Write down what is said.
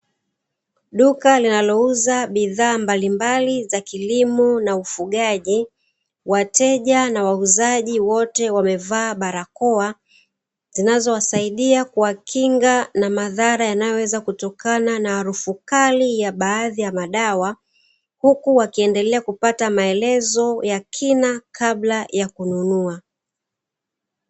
Duka linalouuza bidhaa mbalimbali za kilimo na ufugaji, wateja na wauuzaji wote wamevaa barakoa zinazowasaidia kuwakinga na madhara yanayoweza kutokana na harufu kali ya baadhi ya madawa. Huku wakiendelea kupata maelezo ya kina kabla ya kununua.